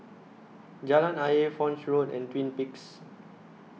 Jalan Ayer Foch Road and Twin Peaks